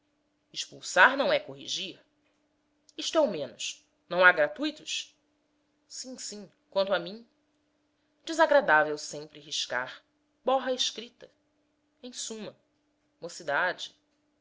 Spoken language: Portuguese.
expulsar não é corrigir isto é o menos não há gratuitos sim sim quanto a mim desagradável sempre riscar borra a escrita em suma mocidade